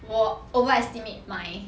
我 overestimate my